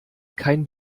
kein